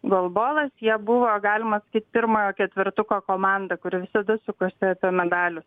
golbolas jie buvo galima sakyt pirmojo ketvertuko komanda kuri visada sukosi apie medalius